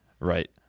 right